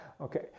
Okay